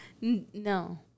No